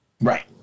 Right